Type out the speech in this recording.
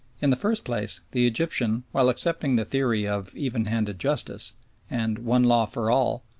in the first place the egyptian, while accepting the theory of even-handed justice and one law for all,